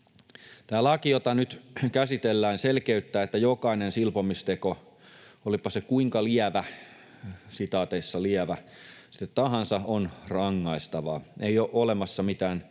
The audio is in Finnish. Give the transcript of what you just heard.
Tämä laki, jota nyt käsitellään, selkeyttää, että jokainen silpomisteko, olipa se kuinka ”lievä” tahansa, on rangaistavaa. Ei ole olemassa mitään niin